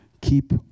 Keep